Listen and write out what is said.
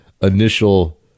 initial